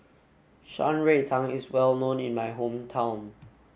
Shan Rui Tang is well known in my hometown